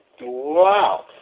Wow